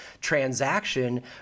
transaction